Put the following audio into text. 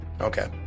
Okay